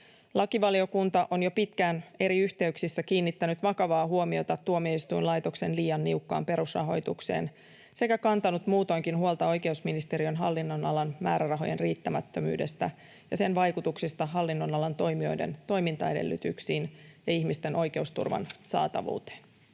Lakivaliokunta on jo pitkään eri yhteyksissä kiinnittänyt vakavaa huomiota tuomioistuinlaitoksen liian niukkaan perusrahoitukseen sekä kantanut muutoinkin huolta oikeusministeriön hallinnonalan määrärahojen riittämättömyydestä ja sen vaikutuksista hallinnonalan toimijoiden toimintaedellytyksiin ja ihmisten oikeusturvan saatavuuteen.